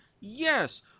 Yes